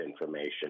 information